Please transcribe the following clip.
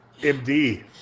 MD